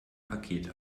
paket